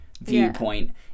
viewpoint